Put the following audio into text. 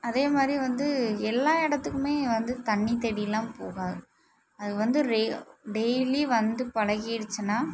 அதே மாதிரி வந்து எல்லா இடத்துக்குமே வந்து தண்ணி தேடிலாம் போகாது அது வந்து டெய்லி வந்து பழகிடுச்சின்னா